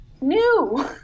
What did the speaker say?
new